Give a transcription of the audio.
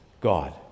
God